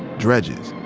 dredges,